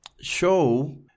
show